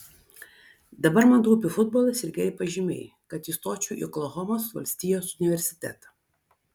dabar man rūpi futbolas ir geri pažymiai kad įstočiau į oklahomos valstijos universitetą